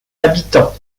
habitants